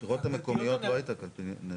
לבחירות המקומיות לא הייתה ניידת.